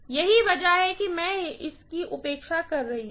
यही वजह है कि मैं इसकी उपेक्षा कर रही हूँ